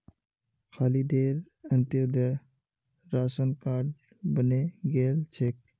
खालिदेर Antyodaya ration card बने गेल छेक